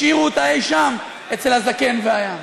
השאירו אותה אי-שם, אצל הזקן והים.